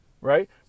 right